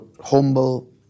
humble